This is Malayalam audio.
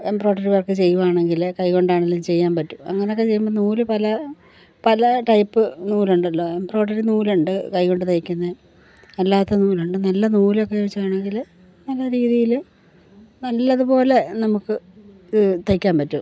എംബ്രോഡറി വർക്ക് ചെയ്യുവാണെങ്കില് കൈ കൊണ്ടാണെങ്കിലും ചെയ്യാൻ പറ്റും അങ്ങനെ ഒക്കെ ചെയ്യുമ്പോൾ നൂല് പല പല ടൈപ് നൂലുണ്ടല്ലോ എംബ്രോഡറി നൂലുണ്ട് കൈകൊണ്ട് തൈക്കുന്നത് അല്ലാത്ത നൂലുണ്ട് നല്ല നൂല ഒക്കെ ഉപയോഗിച്ച ആണെങ്കില് നല്ല രീതിയില് നല്ലത്പോലെ നമുക്ക് തൈക്കാൻ പറ്റും